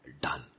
done